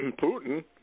Putin